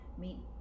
meet